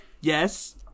Yes